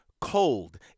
cold